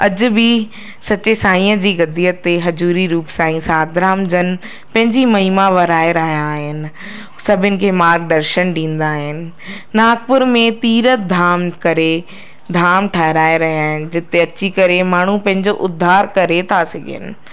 अॼु बि सच्चे साईअ जी गद्दीअ ते हज़ूरी रुप साईं साधाराम जन पंहिंजी महिमा वराए रहिया आहिनि सभिनि खे मार्ग दर्शन ॾींदा आहिनि नागपुर में तीर्थ धाम करे धाम ठहिराए रहिया आहिनि जिते अची करे माण्हू पंहिंजो उधार करे था सघनि